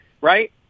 Right